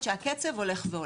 מה שרואים את הקצב שהולך ועולה.